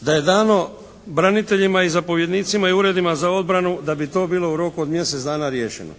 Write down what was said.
da je dano braniteljima i zapovjednicima i uredima za obranu da bi to bilo u roku od mjesec dana riješeno